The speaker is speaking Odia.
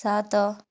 ସାତ